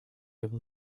able